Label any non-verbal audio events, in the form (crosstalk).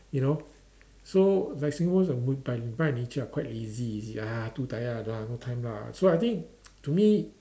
you know so like Singapore is a by by nature are quite lazy you see ah too tired I don't want no time lah so I think (noise) to me